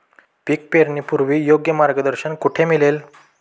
पीक पेरणीपूर्व योग्य मार्गदर्शन कुठे मिळेल?